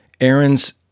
Aaron's